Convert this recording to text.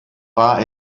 war